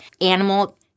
animal